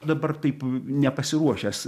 dabar taip nepasiruošęs